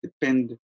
depend